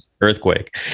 earthquake